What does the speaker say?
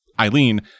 Eileen